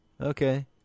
Okay